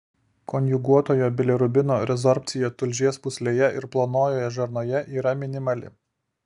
konjuguotojo bilirubino rezorbcija tulžies pūslėje ir plonojoje žarnoje yra minimali